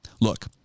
Look